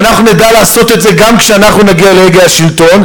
ואנחנו נדע לעשות את זה גם כשאנחנו נגיע להגה השלטון.